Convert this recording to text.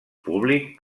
públic